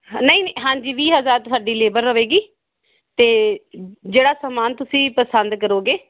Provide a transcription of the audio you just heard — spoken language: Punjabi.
ਨਹੀਂ ਨਹੀਂ ਹਾਂਜੀ ਵੀਹ ਹਜ਼ਾਰ ਤਾਂ ਸਾਡੀ ਲੇਬਰ ਹੋਵੇਗੀ ਅਤੇ ਜਿਹੜਾ ਸਮਾਨ ਤੁਸੀਂ ਪਸੰਦ ਕਰੋਗੇ